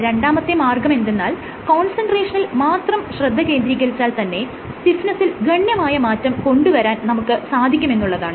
രണ്ടാമത്തെ മാർഗ്ഗമെന്തെന്നാൽ കോൺസെൻട്രേഷനിൽ മാത്രം ശ്രദ്ധ കേന്ദ്രീകരിച്ചാൽ തന്നെ സ്റ്റിഫ്നെസ്സിൽ ഗണ്യമായ മാറ്റം കൊണ്ടുവരാൻ നമുക്ക് സാധിക്കുമെന്നുള്ളതാണ്